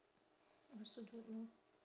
also don't know